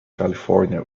california